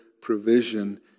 provision